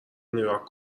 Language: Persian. نگاه